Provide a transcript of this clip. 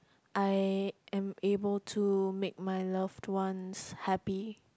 I am able to make my loved ones happy